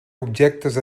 objectes